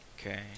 Okay